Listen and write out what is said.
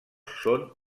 són